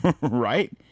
right